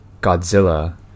Godzilla